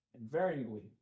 invariably